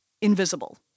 invisible